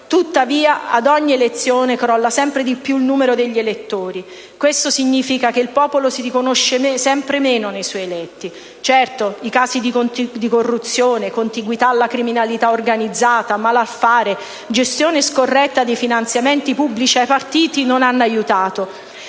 Tuttavia ad ogni elezione crolla sempre di più il numero degli elettori; questo significa che il popolo si riconosce sempre meno nei suoi eletti. Certo, i casi di corruzione, contiguità alla criminalità organizzata, malaffare, gestione scorretta dei finanziamenti pubblici ai partiti non hanno aiutato.